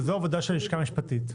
וזו בעיקר עבודה של הלשכה המשפטית,